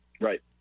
Right